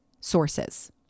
sources